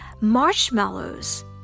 marshmallows